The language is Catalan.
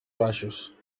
baixos